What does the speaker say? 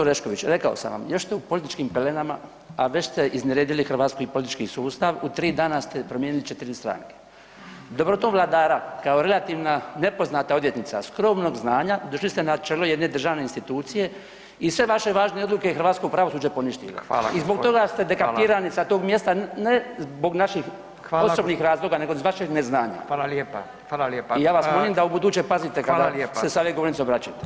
Orešković, rekao sam vam, još ste u političkim pelenama, a već ste izneredili hrvatski politički sustav, u 3 dana ste promijenili 4 stranke. … [[Govornik se ne razumije]] kao relativna nepoznata odvjetnica skromnog znanja došli ste na čelo jedne državne institucije i sve vaše važne odluke hrvatsko pravosuđe je poništilo [[Upadica: Fala]] i zbog toga ste degradirani sa toga mjesta ne zbog naših osobnih razloga nego zbog vašeg neznanja [[Upadica: Fala lijepa, fala lijepa]] i ja vas molim da ubuduće pazite kada se sa ove govornice obraćate.